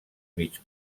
mig